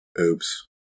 Oops